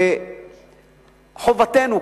זו חובתנו,